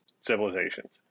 civilizations